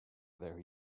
where